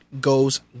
goes